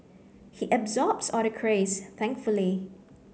he absorbs all the craze thankfully